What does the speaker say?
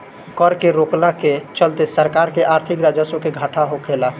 कर के रोकला के चलते सरकार के आर्थिक राजस्व के घाटा होखेला